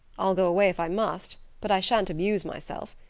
i'll go away if i must but i shan't amuse myself.